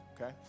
okay